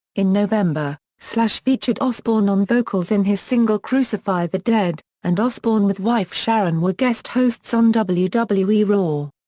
in november, slash featured osbourne on vocals in his single crucify the dead, and osbourne with wife sharon were guest hosts on wwe wwe raw.